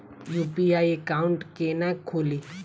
UPI account केना खोलि?